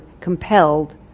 compelled